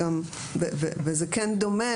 וזה כן דומה,